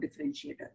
differentiator